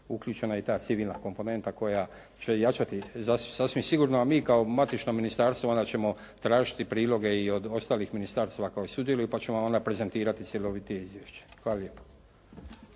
uključena i ta civilna komponenta koja će jačati sasvim sigurno, a mi kao matično ministarstvo onda ćemo tražiti priloge i od ostalih ministarstava koja sudjeluju pa ćemo onda prezentirati cjelovito izvješće. Hvala lijepo.